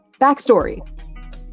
backstory